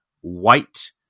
white